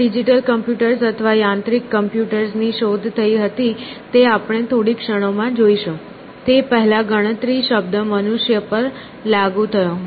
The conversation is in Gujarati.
આપણા ડિજિટલ કમ્પ્યુટર્સ અથવા યાંત્રિક કમ્પ્યુટર્સ ની શોધ થઈ હતી તે આપણે થોડી ક્ષણમાં જોઈશું તે પહેલા ગણતરી શબ્દ મનુષ્ય પર લાગુ થયો